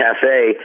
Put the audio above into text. cafe